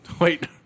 Wait